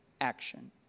action